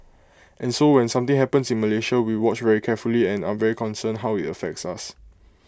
and so when something happens in Malaysia we watch very carefully and are very concerned how IT affects us